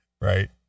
Right